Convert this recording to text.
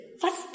first